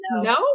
No